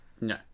No